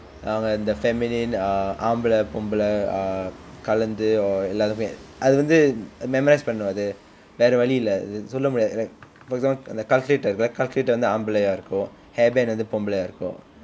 அவங்க அந்த:avnga antha feminine uh ஆம்பிளை பொம்பளை:aambilai pombalai uh கலந்து:kalanthu or எல்லாத்துமே அது வந்து:ellathume athu vanthu memorise பண்ணனும் அது வேற வழி இல்லை சொல்ல முடியாது:pannanum athu vera vali illai solla mudiyaathu like for examp~ அந்த:antha calculator calculator வந்து ஆம்பளையா இருக்கும்:vanthu aambalaiyaa irukkum hair band வந்து பொம்பளையா இருக்கும்:vanthu pombalaiyaa irukkum